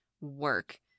work